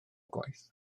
gwaith